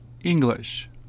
English